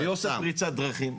מי עושה פריצת דרכים?